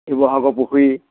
শিৱসাগৰ পুখুৰী